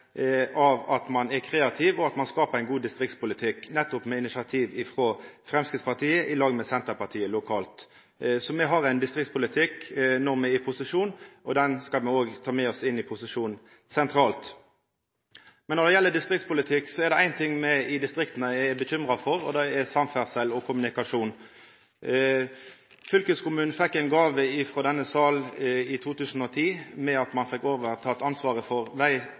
kreativ, og at ein skapar ein god distriktspolitikk, nettopp med initiativ frå Framstegspartiet ilag med Senterpartiet lokalt. Så me har ein distriktspolitikk når me er i posisjon lokalt, og den skal me òg ta med oss inn i posisjon sentralt. Men når det gjeld distriktspolitikk, er det ein ting me ute i distriktet er bekymra for, og det er samferdsel og kommunikasjon. Fylkeskommunen fekk ei gåve frå denne salen i 2010, ved at ein fekk overta ansvaret for